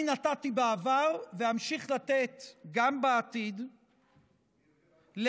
אני נתתי בעבר ואמשיך לתת גם בעתיד לקולות